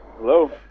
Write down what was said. Hello